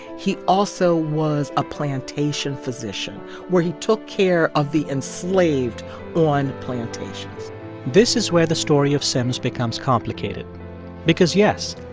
he also was a plantation physician where he took care of the enslaved on plantations this is where the story of sims becomes complicated because, yes,